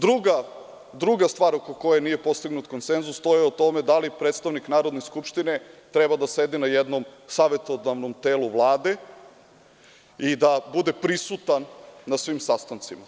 Druga stvar oko koje nije postignut konsenzus to je o tome da li predstavnik Narodne skupštine treba da sedi na jednom savetodavnom telu Vlade, i da bude prisutan na svim sastancima?